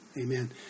Amen